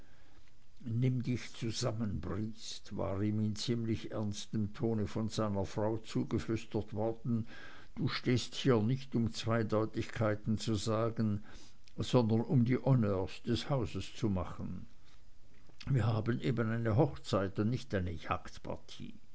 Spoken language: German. nimm dich zusammen briest war ihm in ziemlich ernstem ton von seiner frau zugeflüstert worden du stehst hier nicht um zweideutigkeiten zu sagen sondern um die honneurs des hauses zu machen wir haben eben eine hochzeit und nicht eine